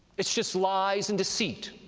it's just lies and deceit